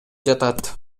жатат